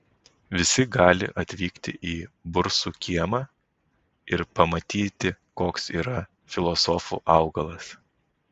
visi gali atvykti į bursų kiemą ir pamatyti koks yra filosofų augalas